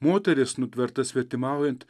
moteris nutverta svetimaujant